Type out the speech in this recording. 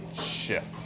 shift